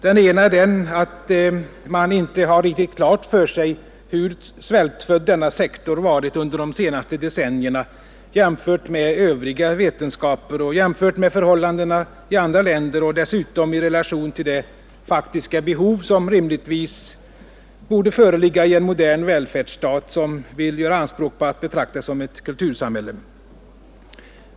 Den ena är den, att man inte har riktigt klart för sig, hur svältfödd denna sektor varit under de senaste decennierna jämfört med övriga vetenskaper och jämfört med förhållandena i andra länder och dessutom i relation till det faktiska behov, som rimligtvis borde föreligga i en modern välfärdsstat som vill göra anspråk på att betraktas som ett kultursamhälle.